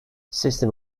system